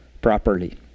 properly